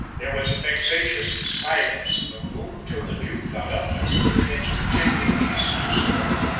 there was a vexatious silence in the room till the duke got up and stood against the chimney-piece and spoke.